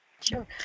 Sure